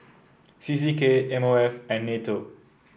C C K M O F and NATO